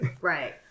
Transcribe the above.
right